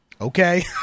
okay